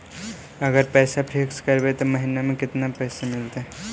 अगर पैसा फिक्स करबै त महिना मे केतना ब्याज हमरा मिलतै?